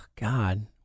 God